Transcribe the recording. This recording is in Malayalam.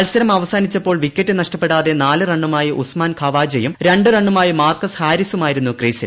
മത്സരം അവസാനിച്ചപ്പോൾ വിക്കറ്റ് നഷ്ടപ്പെടാതെ നാല് റണ്ണുമായി ഉസ്മാൻ ഖവാചയും രണ്ട് റണ്ണുമായി മാർക്കസ് ഹാരിസുമായിരുന്നു ക്രീസിൽ